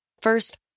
First